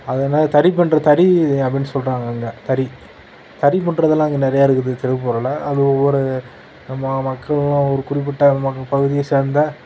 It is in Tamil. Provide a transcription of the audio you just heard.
அது என்னது தறி பின்னுறது தறி அப்படினு சொல்லுவாங்க இங்கே தறி தறி பின்றதெல்லாம் இங்கே நிறையா இருக்குது திருப்பூரில் அது ஒவ்வொரு நம்ம மக்கள்லாம் ஒரு குறிப்பிட்ட பகுதியை சேர்ந்த